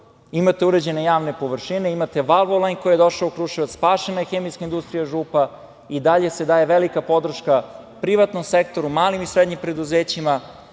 Imate uređene javne površine, imate „Valvolajn“ koji je došao u Kruševac, spašena je hemijska industrija „Župa“, i dalje se daje velika podrška privatnom sektoru, malim i srednjim preduzećima,